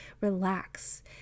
relax